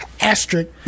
Asterisk